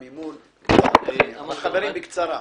בקצרה.